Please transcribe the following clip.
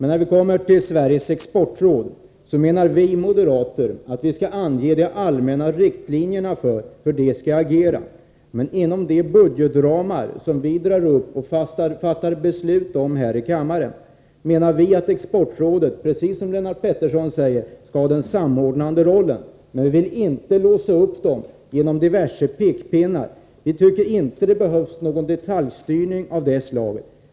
När det gäller Sveriges exportråd menar vi moderater att vi skall ange de allmänna riktlinjerna för hur Exportrådet skall agera, men inom de budgetramar som vi drar upp och fattar beslut om här i kammaren skall Exportrådet, precis som Lennart Pettersson säger, ha den samordnande rollen. Men vi vill inte låsa Exportrådet genom diverse pekpinnar. Vi tycker inte att det behövs någon detaljstyrning av detta slag.